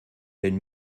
den